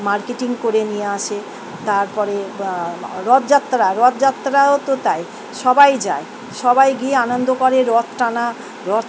marketing করে নিয়ে আসে তারপরে রথযাত্রা রথযাত্রাও তো তাই সবাই যায় সবাই গিয়ে আনন্দ করে রথ টানা রথ